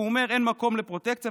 הוא אומר: אין מקום לפרוטקציה?